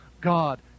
God